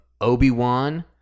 Obi-Wan